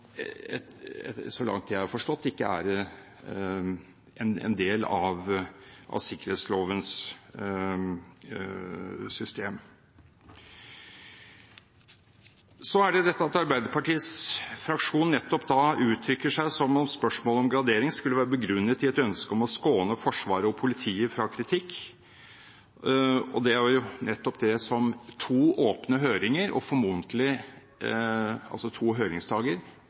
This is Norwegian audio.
så langt jeg har forstått, ikke er en del av sikkerhetslovens system. Arbeiderpartiets fraksjon uttrykker seg som om spørsmålet om gradering skulle være begrunnet i et ønske om å skåne Forsvaret og politiet fra kritikk. Det er nettopp to åpne høringer, altså to høringsdager i full åpenhet – og formodentlig